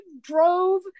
drove